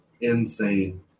insane